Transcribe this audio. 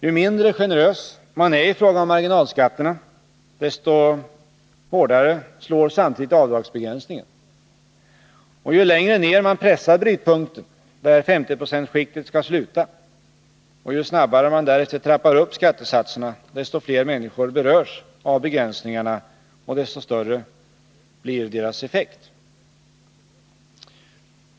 Ju mindre generös man är i fråga om marginalskatterna, desto hårdare slår samtidigt avdragsbegränsningen. Ju längre ned man pressar brytpunkten, där 50 9o-skiktet skall sluta, och ju snabbare man därefter trappar upp skattesatserna, desto fler människor berörs av begränsningarna och desto större blir deras effekt.